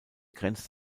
grenzt